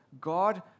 God